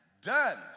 done